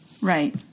Right